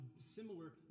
similar